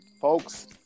folks